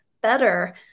better